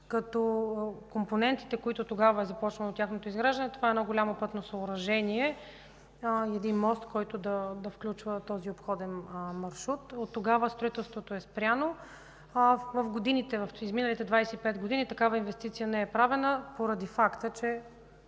като компонентите, на които тогава е започнало изграждането, това е едно голямо пътно съоръжение, един мост, който да включва този обходен маршрут. Оттогава строителството е спряно. В изминалите 25 години такава инвестиция не е правена, поради факта, че,